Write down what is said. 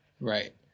Right